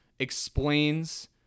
explains